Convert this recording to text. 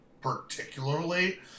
particularly